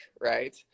right